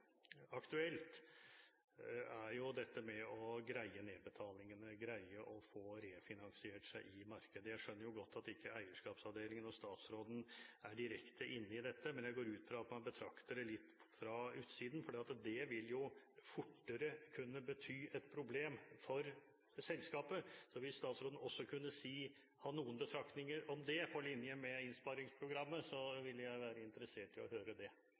aktuelt, er dette med å greie nedbetalingene, greie å få refinansiert seg i markedet. Jeg skjønner godt at ikke eierskapsavdelingen og statsråden er direkte inne i dette, men jeg går ut fra at man betrakter det litt fra utsiden, for det vil fortere kunne bety et problem for selskapet. Så hvis statsråden også kunne komme med noen betraktninger om det, på linje med innsparingsprogrammet, ville jeg være interessert i å høre om det.